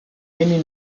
many